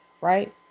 Right